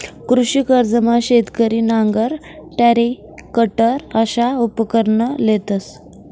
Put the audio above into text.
कृषी कर्जमा शेतकरी नांगर, टरॅकटर अशा उपकरणं लेतंस